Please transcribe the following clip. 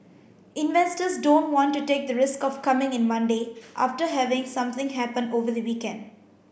investors don't want to take the risk of coming in Monday after having something happen over the weekend